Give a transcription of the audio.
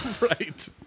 Right